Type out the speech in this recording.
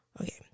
Okay